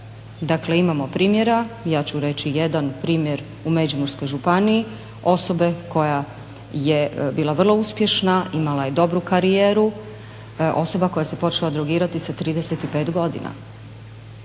Dakle, imamo primjera, ja ću reći jedan primjer u Međimurskoj županiji, osobe koja je bila vrlo uspješna, imala je dobru karijeru, osoba koja se počela drogirati sa 35 godina!